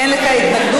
אין לך התנגדות.